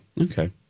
Okay